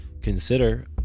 consider